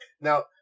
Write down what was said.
Now